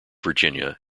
virginia